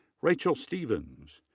rachel stephens,